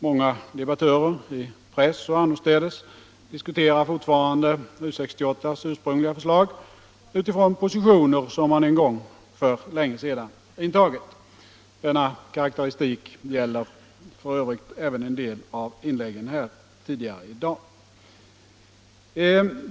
Många debattörer i press och annorstädes diskuterar fortfarande U 68:s ursprungliga förslag från positioner som man en gång för länge sedan intagit. Den karaktäristiken gäller för övrigt även en del av inläggen tidigare i dag.